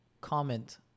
comment